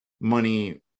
money